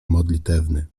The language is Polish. modlitewny